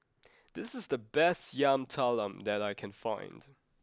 this is the best Yam Talam that I can find